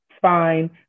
fine